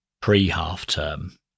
pre-half-term